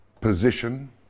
position